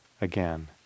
again